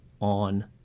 on